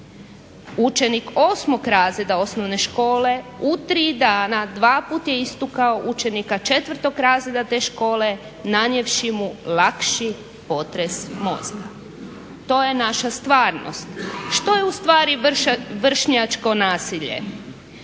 "Učenik 8. razreda osnovne škole u tri dana dva puta je istukao 4. razreda te škole nanijevši mu lakši potres mozga". To je naša stvarnost. Što je ustvari vršnjačko nasilje?